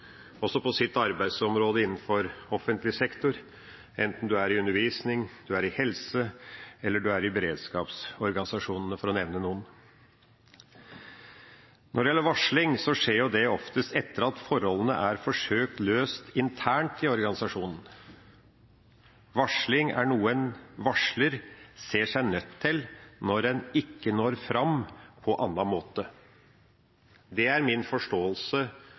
også på sitt arbeidsområde innenfor offentlig sektor, enten det er innen undervisning, det er innen helse, eller det er i beredskapsorganisasjonene, for å nevne noen. Når det gjelder varsling, skjer det oftest etter at forholdene er forsøkt løst internt i organisasjonen. Varsling er noe en varsler ser seg nødt til når en ikke når fram på annen måte. Det er min forståelse